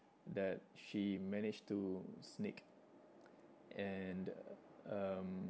that she managed to sneak and um